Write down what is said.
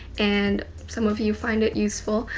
and some of you find it useful.